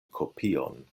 kopion